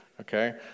okay